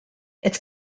its